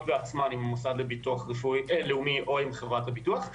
בעצמן עם המוסד לביטוח לאומי או עם חברות הביטוח.